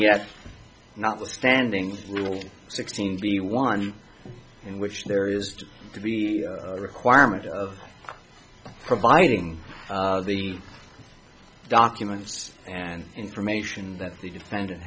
yet notwithstanding sixteen be one in which there is to be a requirement of providing the documents and information that the defendant